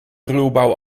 ruwbouw